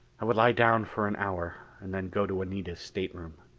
i would lie down for an hour and then go to anita's stateroom.